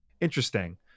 interesting